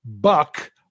buck